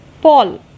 Paul